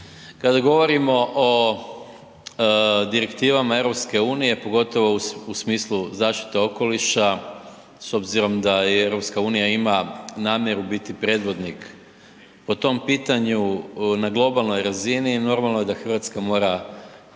Kada govorimo o direktivama EU, pogotovo u smislu zaštite okoliša s obzirom da EU ima namjeru biti predvodnik po tom pitanju na globalnoj razini normalno je da RH mora